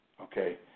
Okay